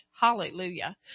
Hallelujah